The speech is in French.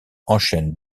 enchaîne